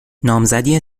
نامزدی